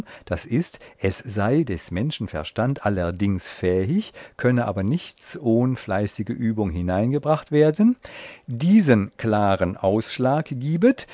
das ist es sei des menschen verstand allerdings fähig könne aber nichts ohn fleißige übung hineingebracht werden diesen klaren ausschlag